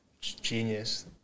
Genius